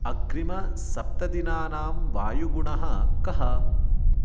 अग्रिमसप्तदिनानां वायुगुणः कः